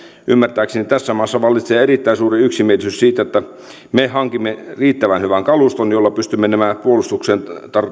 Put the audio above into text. ymmärtääkseni tässä maassa vallitsee erittäin suuri yksimielisyys siitä että me hankimme riittävän hyvän kaluston jolla pystymme nämä puolustukseen